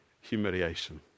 humiliation